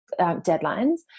deadlines